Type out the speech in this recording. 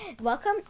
Welcome